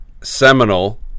seminal